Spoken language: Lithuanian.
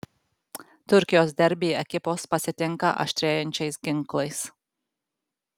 turkijos derbį ekipos pasitinka aštrėjančiais ginklais